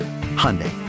Hyundai